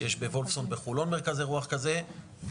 יש בוולפסון בחולון מרכז אירוח כזה,